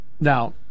Now